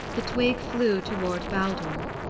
the twig flew toward baldur.